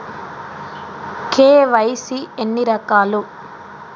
KYC ఎన్ని రకాలు?